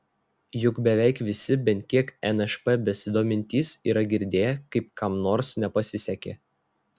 juk beveik visi bent kiek nšp besidomintys yra girdėję kaip kam nors nepasisekė